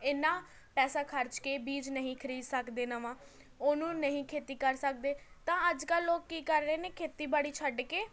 ਇੰਨਾਂ ਪੈਸਾ ਖਰਚ ਕੇ ਬੀਜ ਨਹੀਂ ਖਰੀਦ ਸਕਦੇ ਨਵਾਂ ਉਹਨੂੰ ਨਹੀਂ ਖੇਤੀ ਕਰ ਸਕਦੇ ਤਾਂ ਅੱਜ ਕੱਲ੍ਹ ਲੋਕ ਕੀ ਕਰ ਰਹੇ ਨੇ ਖੇਤੀਬਾੜੀ ਛੱਡ ਕੇ